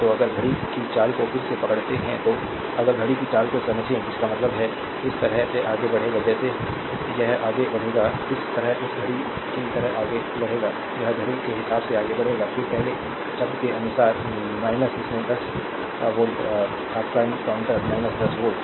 तो अगर घड़ी की चाल को फिर से पकड़ते हैं तो अगर घड़ी की चाल को समझें इसका मतलब है इस तरह से आगे बढ़ेगा जैसे यह आगे बढ़ेगा इस तरह इस घड़ी की तरह आगे बढ़ेगा यह घड़ी के हिसाब से आगे बढ़ेगा फिर पहले शब्द के अनुसार इसमें 10 वोल्ट your एनकाउंटर 10 वोल्ट